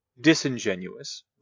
disingenuous